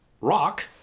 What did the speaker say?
rock